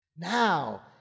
Now